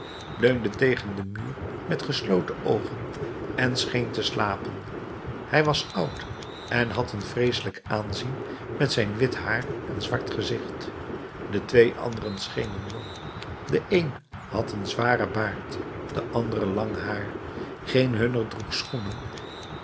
leunde tegen den muur met gesloten oogen en scheen te slapen hij was oud en had een vreeselijk aanzien met zijn wit haar en zwart gezicht de twee anderen schenen jong de een had een zwaren baard de andere lang haar geen hunner droeg schoenen